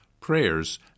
prayers